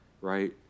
Right